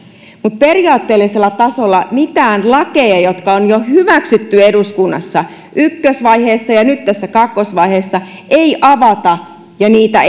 mutta periaatteellisella tasolla mitään lakeja jotka on jo hyväksytty eduskunnassa ykkösvaiheessa ja ja nyt tässä kakkosvaiheessa ei avata ja niitä